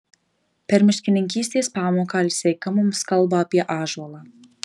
per miškininkystės pamoką alseika mums kalba apie ąžuolą